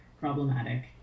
problematic